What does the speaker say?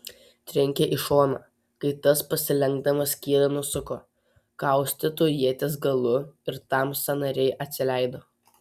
trenkė į šoną kai tas pasilenkdamas skydą nusuko kaustytu ieties galu ir tam sąnariai atsileido